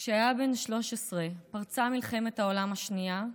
כשהיה בן 13 פרצה מלחמת העולם השנייה,